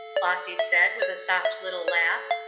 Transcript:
flossy said, with a soft little laugh.